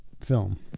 film